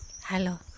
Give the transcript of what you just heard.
Hello